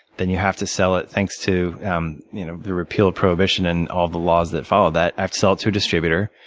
then you have to sell it, thanks to um you know the repeal of prohibition and all of the laws that followed that, i have to sell it to a distributor.